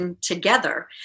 together